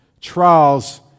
trials